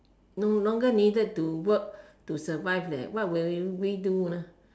no longer needed to work to survive leh what will you we do ah